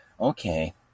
Okay